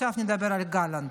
עכשיו נדבר על גלנט.